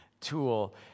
Tool